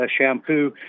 shampoo